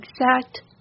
exact